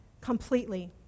completely